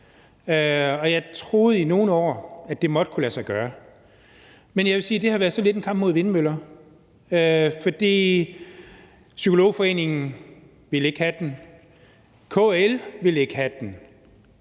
Og jeg troede i nogle år, at det måtte kunne lade sig gøre. Men jeg vil sige, at det sådan har været lidt en kamp mod vindmøller, for Dansk Psykolog Forening ville ikke have uddannelsen; Kommunernes